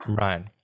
Right